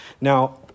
Now